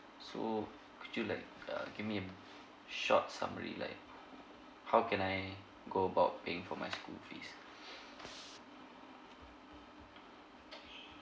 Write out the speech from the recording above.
so could you like uh give me short summary like how can I go about paying for my school fees